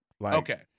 Okay